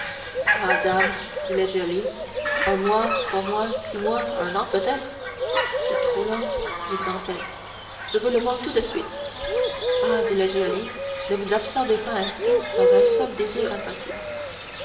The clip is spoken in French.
dame dit le geôlier un mois trois mois six mois un an peut-être c'est trop long dit dantès je veux le voir tout de suite ah dit le geôlier ne vous absorbez pas ainsi dans un seul désir impossible